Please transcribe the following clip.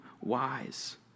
wise